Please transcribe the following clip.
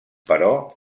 però